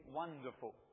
wonderful